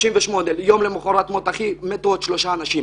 יום למחרת מות אחי מתו עוד שלושה פועלים,